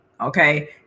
Okay